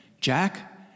Jack